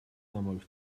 намайг